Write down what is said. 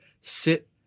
sit